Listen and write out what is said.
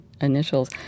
initials